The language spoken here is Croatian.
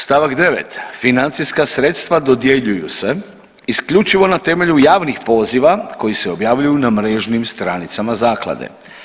Stavak 9., financijska sredstva dodjeljuju se isključivo na temelju javnih poziva koji se objavljuju na mrežnim stranicama zaklade.